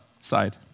side